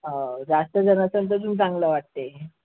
हो जास्त जण असलं तर अजून चांगलं वाटते